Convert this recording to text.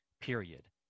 period